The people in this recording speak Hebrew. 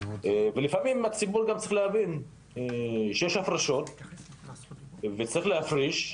ולפעמים גם הציבור צריך להבין שיש הפרשות וצריך להפריש,